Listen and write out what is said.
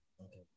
Okay